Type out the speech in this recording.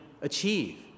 achieve